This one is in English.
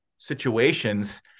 situations